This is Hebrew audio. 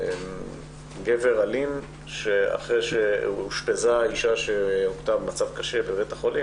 עתה לגבר אלים שאחרי שאושפזה האישה שהייתה במצב קשה בבית החולים,